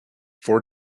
for